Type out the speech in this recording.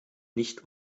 nicht